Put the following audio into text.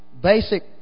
basic